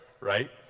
right